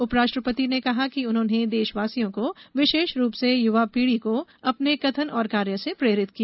उपराष्ट्रपति ने कहा कि उन्होंने देशवासियों को विशेष रूप से युवा पीढी को अपने कथन और कार्य से प्रेरित किया